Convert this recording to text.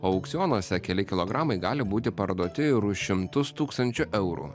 o aukcionuose keli kilogramai gali būti parduoti ir už šimtus tūkstančių eurų